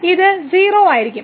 ഇത് 0 ആയിരിക്കും